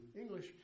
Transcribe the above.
English